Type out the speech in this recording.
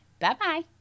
Bye-bye